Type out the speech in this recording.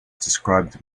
described